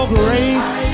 grace